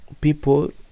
people